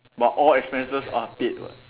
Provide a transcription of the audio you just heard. but all expenses are paid [what]